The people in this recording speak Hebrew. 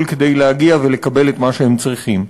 כדי להגיע ולקבל את מה שהם צריכים.